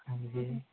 ਹਾਂਜੀ